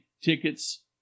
tickets